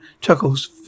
chuckles